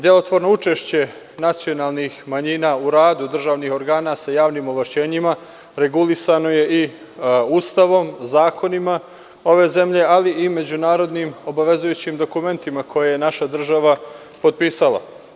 Delotvorno učešće nacionalnih manjina u radu državnih organa sa javnim ovlašćenjima regulisano je i Ustavom, zakonima ove zemlje, ali i međunarodnim obavezujućim dokumentima koja je naša država potpisala.